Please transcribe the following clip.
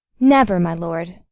never, my lord.